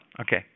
Okay